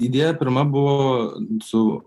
idėja pirma buvo su